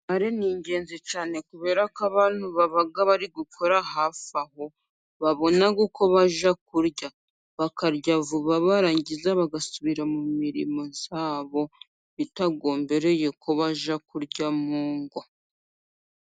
Bare ni ingenzi cyane, kubera ko abantu baba bari gukora hafi aho，babona uko bajya kurya，bakarya vuba，barangiza bagasubira mu mirimo yabo，bitagommbereye ko bajya kurya mu ngo.